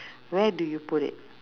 where do you put it